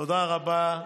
תודה רבה.